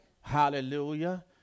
Hallelujah